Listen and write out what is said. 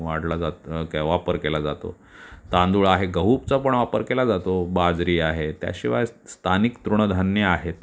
वाढला जा के वापर केला जातो तांदूळ आहे गहूचा पण वापर केला जातो बाजरी आहे त्याशिवाय स्ता स्थानिक तृणधान्यं आहेत